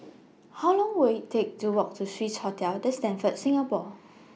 How Long Will IT Take to Walk to Swissotel The Stamford Singapore